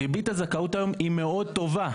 ריבית הזכאות היום היא מאוד טובה,